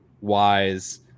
wise